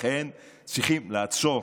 לכן צריכים לעצור